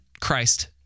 Christ